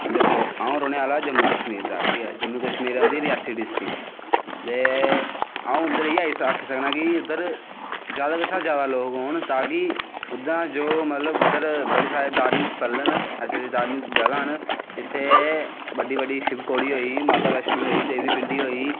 दिक्खो अऊं रौह्नें आह्ला ऐं जम्मू कस्मीर दा जम्मी कश्मीर औंदी रियासी डिस्टिक ते अऊं उद्धर इयै आक्खी सकना कि उद्धर जादा कशा दा जादा लोग औंन ताकि उद्धर बड़े सारे धार्मिक स्थल न धार्मिक जगाहं न जित्थें बड्डी बड्डी शिव खोड़ी होई माता बैष्णो होई देवी भिंडी होई